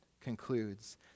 concludes